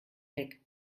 weg